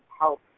help